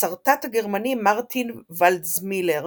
השרטט הגרמני מרטין ולדזמילר